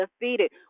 defeated